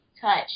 touch